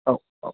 औ औ